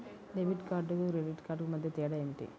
Debit కార్డుకు credit credit కార్డుకు మధ్య తేడా ఏమిటీ?